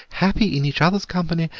happy in each other's company,